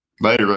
Later